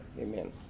Amen